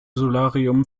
solarium